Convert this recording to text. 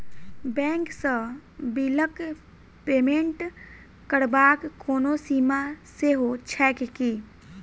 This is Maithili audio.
बैंक सँ बिलक पेमेन्ट करबाक कोनो सीमा सेहो छैक की?